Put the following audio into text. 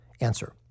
Answer